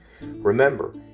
Remember